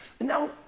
Now